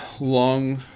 long